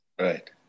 Right